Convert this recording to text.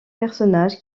personnage